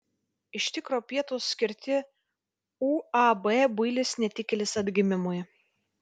iš tikro pietūs skirti uab builis netikėlis atgimimui